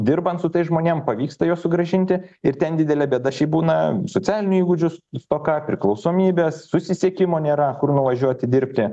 dirbant su tais žmonėm pavyksta juos sugrąžinti ir ten didelė bėda šiaip būna socialinių įgūdžių stoka priklausomybės susisiekimo nėra kur nuvažiuoti dirbti